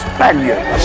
Spaniard